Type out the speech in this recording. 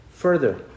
Further